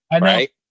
Right